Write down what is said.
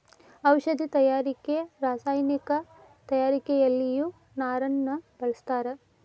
ಔಷದಿ ತಯಾರಿಕೆ ರಸಾಯನಿಕ ತಯಾರಿಕೆಯಲ್ಲಿಯು ನಾರನ್ನ ಬಳಸ್ತಾರ